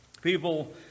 People